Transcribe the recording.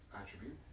attribute